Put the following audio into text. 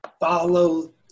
Follow